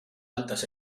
altas